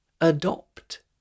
Adopt